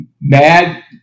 mad